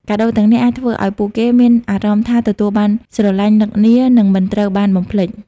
កាដូទាំងនេះអាចធ្វើឲ្យពួកគេមានអារម្មណ៍ថាទទួលបានស្រឡាញ់ នឹកនា និងមិនត្រូវបានបំភ្លេច។